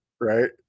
right